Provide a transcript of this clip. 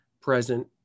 present